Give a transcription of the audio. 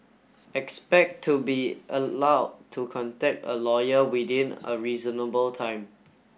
expect to be allowed to contact a lawyer within a reasonable time